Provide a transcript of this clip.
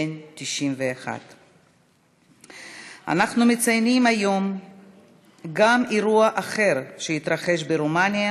בן 91. אנחנו מציינים היום גם אירוע אחר שהתרחש ברומניה,